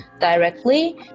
directly